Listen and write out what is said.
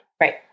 Right